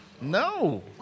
No